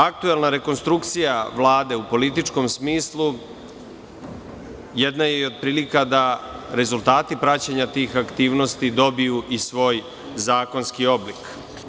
Aktuelna rekonstrukcija Vlade u političkom smislu jedna je i od prilika da rezultati praćenja tih aktivnosti dobiju i svoj zakonski oblik.